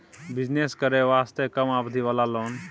Business करे वास्ते कम अवधि वाला लोन?